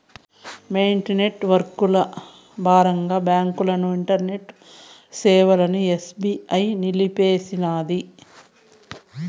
maintenance వర్కల బాగంగా బాంకుల ఇంటర్నెట్ సేవలని ఎస్బీఐ నిలిపేసినాది